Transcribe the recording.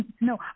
No